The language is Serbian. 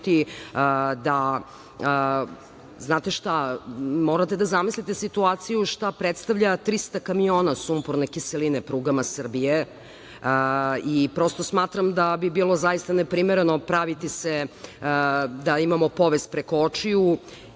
da… Morate da zamislite situaciju šta predstavlja 300 kamiona sumporne kiseline prugama Srbije. Smatram da bi bilo neprimereno praviti se da imamo povez preko očiju